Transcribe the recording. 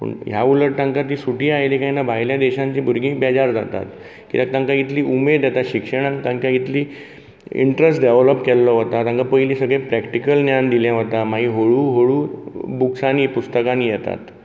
पूणह्या उलट तांका ती सुटी आयली कांय ना भायल्या देशांतलीं भुरगीं बेजार जातात भायल्या देशांनी भुरगीं बेजार जातात कित्याक तांकां इतली उमेद येता शिक्षणांत तांकां इतली इंट्रस्ट डॅवलप केल्लो वता तांकां पयलीं सगळें प्रॅक्टिकल ज्ञान दिलें वता मागीर हळू हळू बुक्सांनीं पुस्तकांनीं येतात